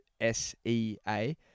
S-E-A